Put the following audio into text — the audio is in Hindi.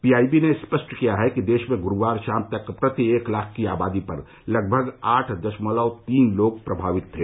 पी आई बी ने स्पष्ट किया है कि देश में गुरूवार शाम तक प्रति एक लाख की आबादी पर लगभग आठ दशमलव तीन लोग प्रभावित थे